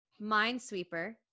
Minesweeper